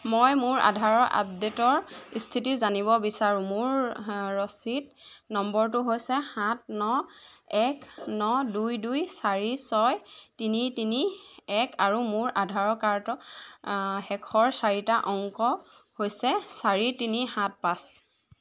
মই মোৰ আধাৰৰ আপডেটৰ স্থিতি জানিব বিচাৰোঁ মোৰ ৰচিদ নম্বৰটো হৈছে সাত ন এক ন দুই দুই চাৰি ছয় তিনি তিনি এক আৰু মোৰ আধাৰ কাৰ্ডৰ শেষৰ চাৰিটা অংক হৈছে চাৰি তিনি সাত পাঁচ